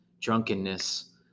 drunkenness